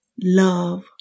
Love